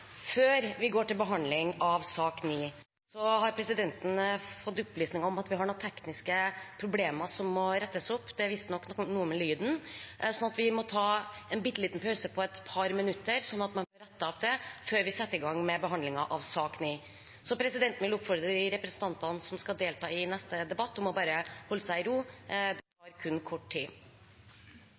presidenten opplyse om at vi har noen tekniske problemer som må rettes opp. Det er visstnok noe med lyden. Vi må ta en bitte liten pause på et par minutter, så man får rettet opp det, før vi setter vi gang med behandlingen av sak nr. 9. Etter ønske fra helse- og omsorgskomiteen vil presidenten ordne debatten slik: 5 minutter til hver partigruppe og 5 minutter til medlemmer av regjeringen. Videre vil det